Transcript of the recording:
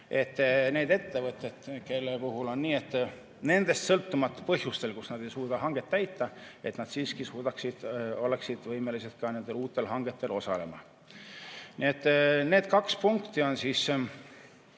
et need ettevõtted, kelle puhul on nii, et nad nendest sõltumatutel põhjustel ei suuda hanget täita, siiski oleksid võimelised ka nendel uutel hangetel osalema. Need kaks punkti on